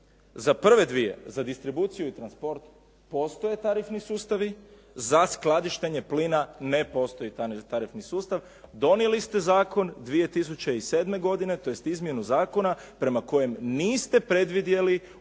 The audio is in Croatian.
Za prve dio za distribuciju i transport postoje tarifni sustavi, za skladištenje plina ne postoji tarifni sustav. Donijeli ste zakon 2007. godine, tj. izmjenu zakona prema kojem niste predvidjeli